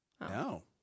No